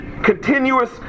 Continuous